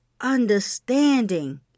understanding